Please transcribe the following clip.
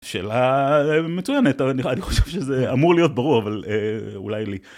שאלה מצוינת אבל אני חושב שזה אמור להיות ברור אבל אולי לי.